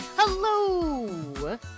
Hello